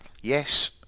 yes